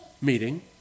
meeting